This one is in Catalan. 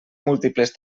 múltiples